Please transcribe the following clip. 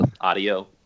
audio